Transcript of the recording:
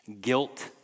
guilt